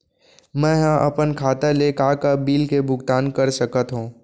मैं ह अपन खाता ले का का बिल के भुगतान कर सकत हो